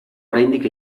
oraindik